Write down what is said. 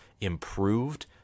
improved